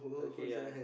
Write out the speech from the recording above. okay ya